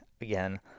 Again